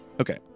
Okay